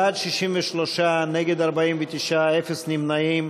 בעד, 63, נגד, 49, אפס נמנעים.